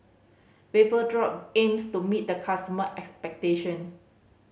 vapodrop aims to meet the customer expectation